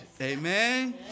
Amen